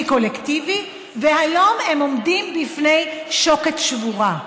קולקטיבי והיום הם עומדים לפני שוקת שבורה?